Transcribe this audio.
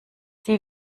sie